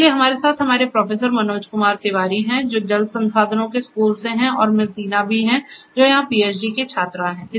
इसलिए हमारे साथ हमारे प्रोफेसर मनोज कुमार तिवारी हैं जो जल संसाधनों के स्कूल से हैं और मिस दीना भी हैं जो यहां पीएचडी की छात्रा हैं